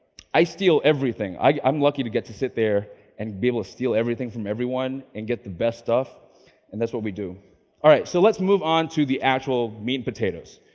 i steal everything. i'm lucky to get to sit there and be able to steal everything from everyone and get the best stuff and that's what we do all right. so let's move on to the actual meat and potatoes.